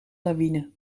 lawine